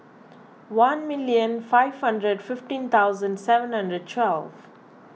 one million five hundred fifteen thousand seven hundred twelve